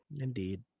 indeed